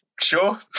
Sure